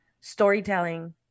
storytelling